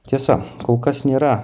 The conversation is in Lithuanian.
tiesa kol kas nėra